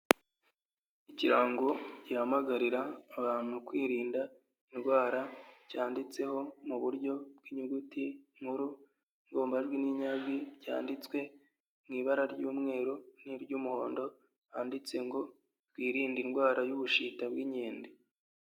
Ikirango gihamagarira abantu kwirinda indwara, cyanditseho mu buryo bw'inyuguti nkuru igombajwi n'inyajwi byanditswe mu' ibara ry'umweru n'iry'umuhondo, handitse ngo "Twirinde indwara y'ubushita bw'inkende" .